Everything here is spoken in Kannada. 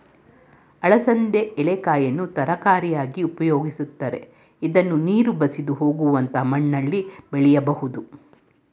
ಅಲಸಂದೆ ಎಳೆಕಾಯನ್ನು ತರಕಾರಿಯಾಗಿ ಉಪಯೋಗಿಸ್ತರೆ, ಇದ್ನ ನೀರು ಬಸಿದು ಹೋಗುವಂತ ಮಣ್ಣಲ್ಲಿ ಬೆಳಿಬೋದು